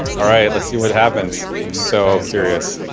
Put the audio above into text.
alright, let's see what happens. i'm so curious.